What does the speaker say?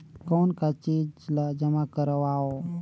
कौन का चीज ला जमा करवाओ?